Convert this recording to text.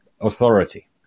authority